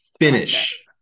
Finish